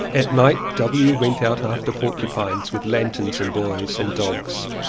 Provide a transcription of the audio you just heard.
at night w. went out after porcupines with lanterns and boys and dogs.